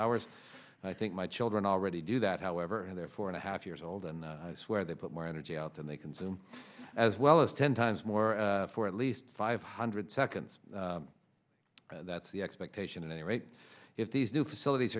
hours and i think my children already do that however their four and a half years old and swear they put more energy out than they consume as well as ten times more for at least five hundred seconds that's the expectation at any rate if these new facilities